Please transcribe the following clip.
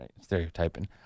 stereotyping